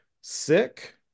sick